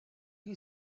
who